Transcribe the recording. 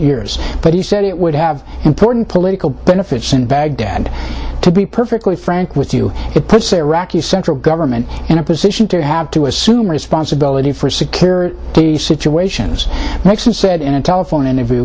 years but he said it would have important political benefits in baghdad to be perfectly frank with you it puts the iraqi central government in a position to have to assume responsibility for security situations nixon said in a telephone interview